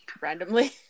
randomly